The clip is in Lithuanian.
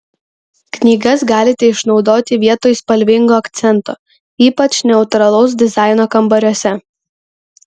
knygas galite išnaudoti vietoj spalvingo akcento ypač neutralaus dizaino kambariuose